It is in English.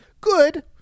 good